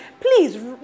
Please